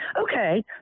Okay